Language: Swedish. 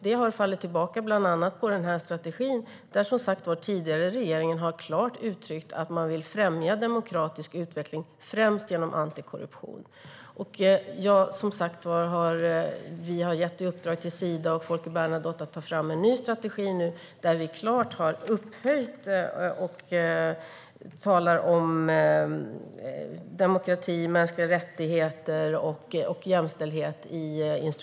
Det har fallit tillbaka bland annat på denna strategi, där den tidigare regeringen klart har uttryckt att man vill främja demokratisk utveckling främst genom antikorruption. Vi har som sagt gett i uppdrag till Sida och Folke Bernadotteakademin att ta fram en ny strategi där det i instruktionerna talas om demokrati, mänskliga rättigheter och jämställdhet.